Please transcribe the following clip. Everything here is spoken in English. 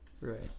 Right